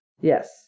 Yes